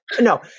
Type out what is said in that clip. No